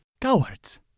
Cowards